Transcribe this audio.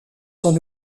son